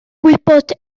gwybod